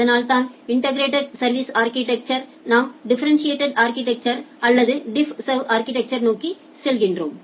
அதனால்தான் இன்டெகிரெட் சா்விஸ் அா்கிடெக்சரிலிருந்து நாம் டிஃபரெண்டிட்டேட் சா்விஸ் அா்கிடெக்சர் அல்லது டிஃப் சர்வ் அா்கிடெக்சா் நோக்கி செல்கிறோம்